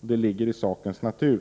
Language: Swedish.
Det ligger i sakens natur.